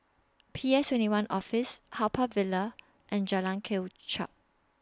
P S twenty one Office Haw Par Villa and Jalan Kelichap